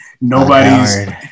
Nobody's